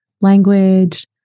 language